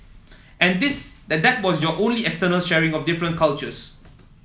and this that was your only external sharing of different cultures